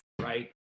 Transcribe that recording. right